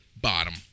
bottom